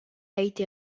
été